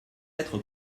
être